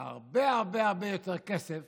זה הרבה הרבה הרבה יותר כסף